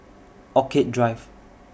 Orchid Drive